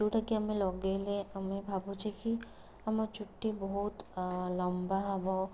ଯେଉଁଟାକି ଆମେ ଲଗାଇଲେ ଆମେ ଭାବୁଛେ କି ଆମ ଚୁଟି ବହୁତ ଲମ୍ବା ହେବ